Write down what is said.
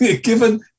Given